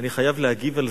אני חייב להגיב על זה.